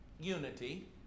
unity